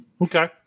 okay